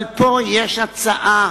אבל פה יש הצעה